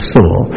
Soul